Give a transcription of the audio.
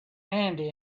handy